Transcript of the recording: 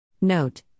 Note